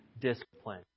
discipline